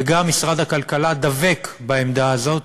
וגם משרד הכלכלה דבק בעמדה הזו,